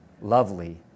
lovely